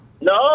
No